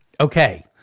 Okay